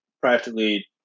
practically –